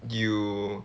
you